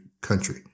country